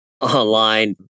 Online